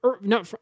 No